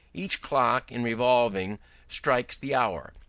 each clock in revolving strikes the hour,